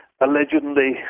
allegedly